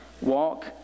walk